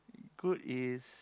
good is